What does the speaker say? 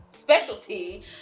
specialty